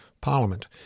parliament